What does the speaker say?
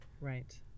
Right